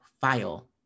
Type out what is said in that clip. file